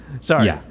Sorry